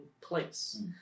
place